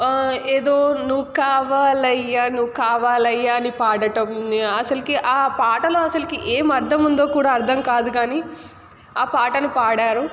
ఏదో నువ్వు కావాలయ్యా నువ్వు కావాలయ్యా అని పాడటం అసలుకి ఆ పాటలో అసలుకి ఏం అర్థం ఉందో కూడా అర్థం కాదు కానీ ఆ పాటను పాడారు